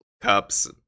Cups